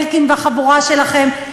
אלקין והחבורה שלכם,